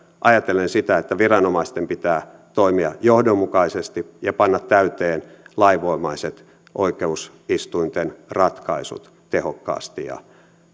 ajatellen sitä että viranomaisten pitää toimia johdonmukaisesti ja panna täytäntöön lainvoimaiset oikeusistuinten ratkaisut tehokkaasti ja